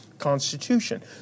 Constitution